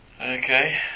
Okay